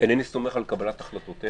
איננו סומך על קבלת החלטותיה,